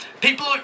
people